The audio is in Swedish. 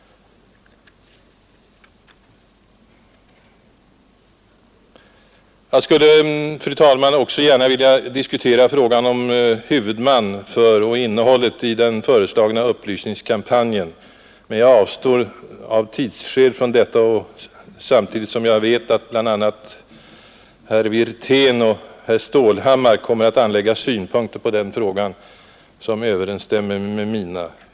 Jag skulle, fru talman, också gärna vilja diskutera frågan om huvudman för och innehållet i den föreslagna upplysningskampanjen, men jag avstår av tidsskäl och därför att jag vet att bl.a. herrar Wirtén och Stålhammar kommer att anlägga synpunkter på denna fråga som överensstämmer med mina.